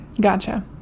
Gotcha